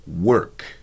work